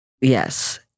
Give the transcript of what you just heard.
Yes